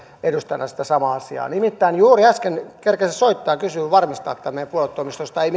edustajana sitä samaa asiaa nimittäin juuri äsken kerkesin soittaa ja kysyä varmistaa tämän meidän puoluetoimistosta ei